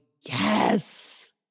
yes